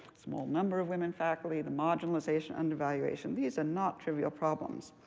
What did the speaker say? small number of women faculty, the marginalization, undervaluation these are not trivial problems.